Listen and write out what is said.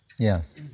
Yes